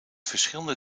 verschillende